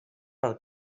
per